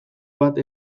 bat